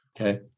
Okay